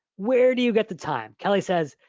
where do you get the time? kelly says,